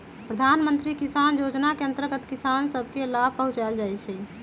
प्रधानमंत्री किसान जोजना के अंतर्गत किसान सभ के लाभ पहुंचाएल जाइ छइ